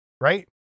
right